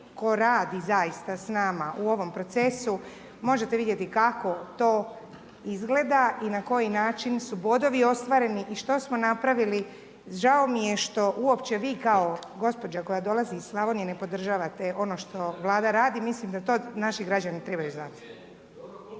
tko radi zaista s nama u ovom procesu, možete vidjeti kako to izgleda i na koji način su bodovi ostvareni i što smo napravili. Žao mi je što uopće vi kao gospođa koja dolazi iz Slavonije ne podržavate ono što Vlada radi, mislim da to naši građani trebaju znati.